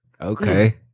Okay